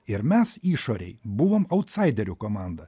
ir mes išorėj buvom autsaiderių komanda